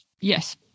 Yes